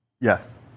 Yes